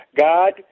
God